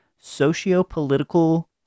socio-political